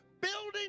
building